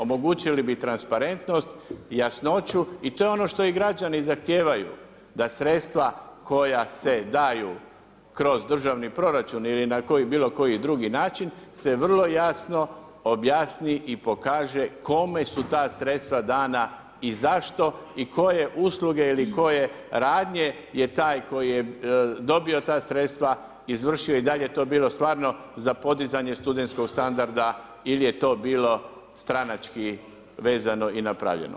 Omogućili bi transparentnost, jasnoću i to je ono što i građani zahtijevaju da sredstva koja se daju kroz državni proračun ili na bilo koji drugi način se vrlo jasno objasni i pokaže kome su ta sredstva dana i zašto i koje usluge ili koje radnje je taj koji je dobio ta sredstva izvršio i da li je to bilo stvarno za podizanje studentskog standarda ili je to bilo stranački vezano i napravljeno.